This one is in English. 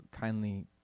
kindly